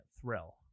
thrill